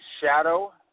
shadow